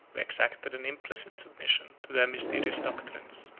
who exacted an implicit submission to their mysterious doctrines,